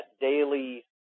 daily